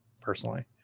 personally